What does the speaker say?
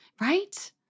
Right